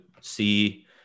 see